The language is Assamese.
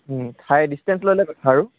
খায় ডিচটেন্স লৈ লৈ কথা আৰু